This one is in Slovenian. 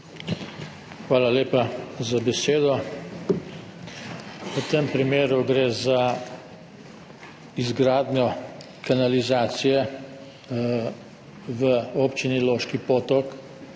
Hvala lepa za besedo. V tem primeru gre za izgradnjo kanalizacije v Občini Loški Potok.